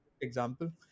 example